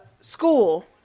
school